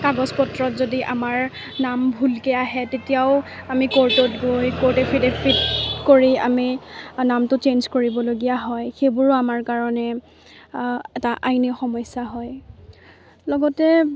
কাগজ পত্ৰত যদি আমাৰ নাম ভুলকৈ আহে তেতিয়াও আমি কৰ্টত গৈ কৰ্ট এফিট এফিট কৰি আমি নামটো চেঞ্জ কৰিবলগীয়া হয় সেইবোৰো আমাৰ কাৰণে এটা আইন সমস্যা হয় লগতে